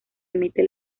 emite